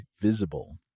Visible